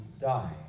die